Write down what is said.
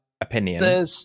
opinion